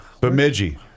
Bemidji